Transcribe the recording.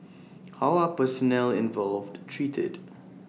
how are personnel involved treated